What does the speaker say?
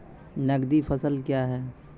नगदी फसल क्या हैं?